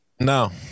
No